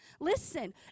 Listen